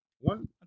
One